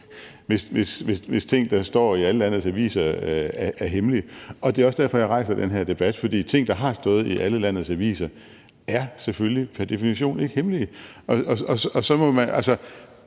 hvis ting, der står i alle landets aviser, er hemmelige. Det er også derfor, at jeg rejser den her debat, for ting, der har stået i alle landets aviser, er selvfølgelig pr. definition ikke hemmelige. Der kan